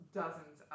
dozens